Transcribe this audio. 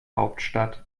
hauptstadt